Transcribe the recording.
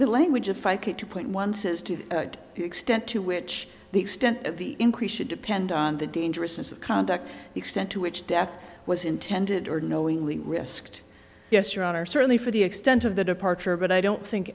the language if i could to point one says to the extent to which the extent of the increase should depend on the dangerousness conduct extent to which death was intended or knowingly risked yes your honor certainly for the extent of the departure but i don't think